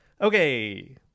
Okay